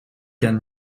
can